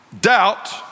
Doubt